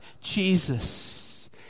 Jesus